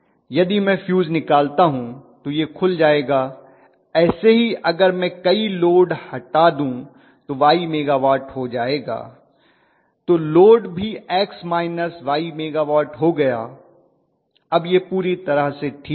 यदि मैं फ्यूज निकालता हूं तो यह खुल जायेगा ऐसे ही अगर मैं कई लोड हटा दूं तो Y मेगावाट हो जाएगा तो लोड भी X माइनस Y मेगावाट हो गया अब यह पूरी तरह से ठीक है